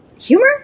humor